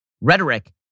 rhetoric